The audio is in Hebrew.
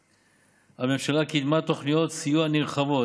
הממשלה קידמה תוכניות סיוע נרחבות